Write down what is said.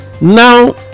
now